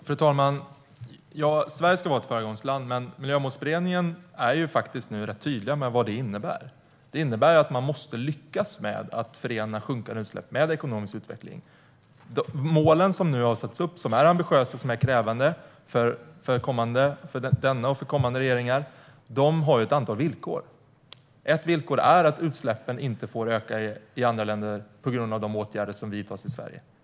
Fru talman! Sverige ska vara ett föregångsland, och Miljömålsberedningen är rätt tydlig med vad det innebär. Det innebär att man måste lyckas förena minskande utsläpp med ekonomisk utveckling. Målen som nu har satts upp, som är ambitiösa och krävande för denna och kommande regeringar, har ett antal villkor. Ett villkor är att utsläppen inte får öka i andra länder på grund av de åtgärder som vidtas i Sverige.